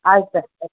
ಆಯ್ತು